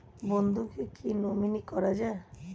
বন্ধুকে কী নমিনি করা যায়?